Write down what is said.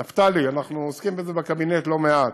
נפתלי, אנחנו עוסקים בזה בקבינט לא מעט,